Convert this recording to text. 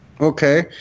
Okay